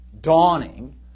dawning